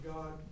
God